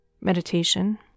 meditation